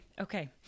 Okay